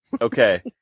Okay